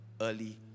early